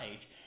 age